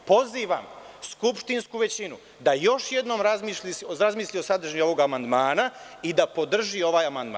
Pozivam skupštinsku većinu da još jednom razmisli o sadržini ovog amandmana i da podrži ovaj amandman.